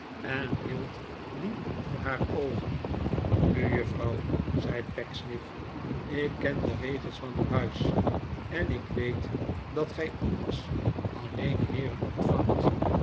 en hield dien voor haar oogen nu juffrouw zei pecksniff ik ken de regels van uw huis en ik weet dat gij an ders alleen heeren ontvangt